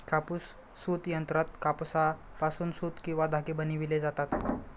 कापूस सूत यंत्रात कापसापासून सूत किंवा धागे बनविले जातात